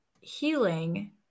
healing